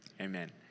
amen